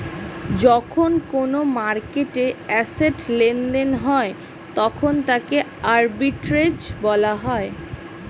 যখন কোনো মার্কেটে অ্যাসেট্ লেনদেন হয় তখন তাকে আর্বিট্রেজ বলা হয়